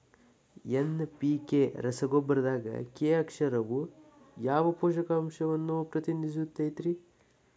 NPK ರಸಗೊಬ್ಬರದಾಗ K ಅಕ್ಷರವು ಯಾವ ಪೋಷಕಾಂಶವನ್ನ ಪ್ರತಿನಿಧಿಸುತೈತ್ರಿ?